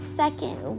second